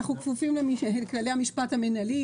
אנחנו כפופים לכללי המשפט המנהלי,